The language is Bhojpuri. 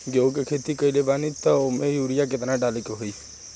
गेहूं के खेती कइले बानी त वो में युरिया केतना डाले के होई?